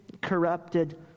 corrupted